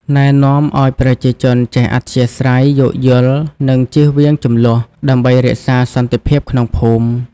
ណែនាំឲ្យប្រជាជនចេះអធ្យាស្រ័យ យោគយល់ និងជៀសវាងជម្លោះ ដើម្បីរក្សាសន្តិភាពក្នុងភូមិ។